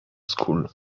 school